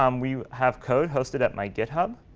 um we have code hosted at my github.